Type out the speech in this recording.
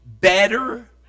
better